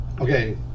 okay